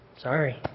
Sorry